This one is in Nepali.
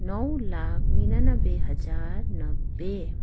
नौ लाख उनानब्बे हजार नब्बे